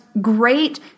great